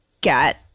get